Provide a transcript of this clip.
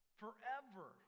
forever